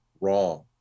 wrong